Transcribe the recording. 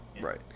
Right